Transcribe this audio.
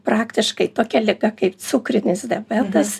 praktiškai tokia liga kaip cukrinis diabetas